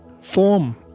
Form